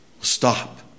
Stop